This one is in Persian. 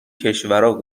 کشورا